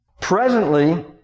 Presently